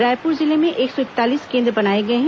रायपूर जिले में एक सौ इकतालीस केन्द्र बनाए गए हैं